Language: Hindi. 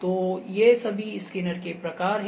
तो ये सभी स्कैनर के प्रकार हैं